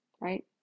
right